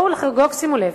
שימו לב,